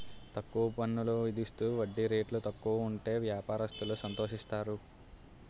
తక్కువ పన్నులు విధిస్తూ వడ్డీ రేటు తక్కువ ఉంటే వ్యాపారస్తులు సంతోషిస్తారు